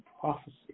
prophecy